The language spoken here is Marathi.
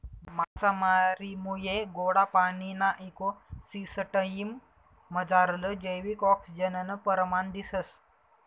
मासामारीमुये गोडा पाणीना इको सिसटिम मझारलं जैविक आक्सिजननं परमाण दिसंस